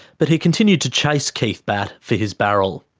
but he continued to chase keith batt for his barrel.